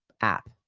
app